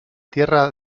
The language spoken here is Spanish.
tierra